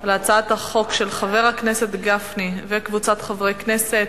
על הצעת החוק של חבר הכנסת גפני וקבוצת חברי כנסת,